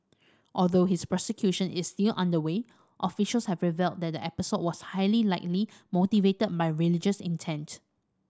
although his prosecution is still underway officials have revealed that the episode was highly likely motivated by religious intent